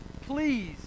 please